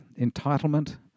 entitlement